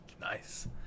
Nice